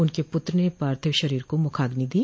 उनके पुत्र ने पार्थिव शरीर को मुखाग्नि दी